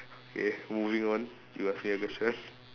okay moving on you ask me a question